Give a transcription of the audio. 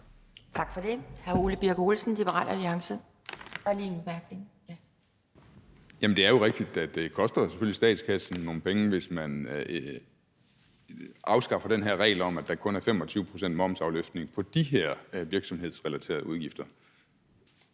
Tak for det.